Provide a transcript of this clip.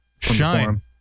Shine